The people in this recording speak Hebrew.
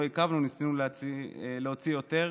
לא עיכבנו, ניסינו להוציא יותר.